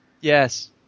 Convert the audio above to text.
Yes